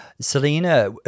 selena